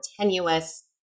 tenuous